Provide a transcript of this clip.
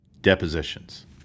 Depositions